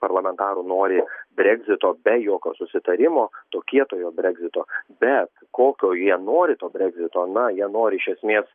parlamentarų nori bregzito be jokio susitarimo to kietojo bregzito bet kokio jie nori to bregzito na jie nori iš esmės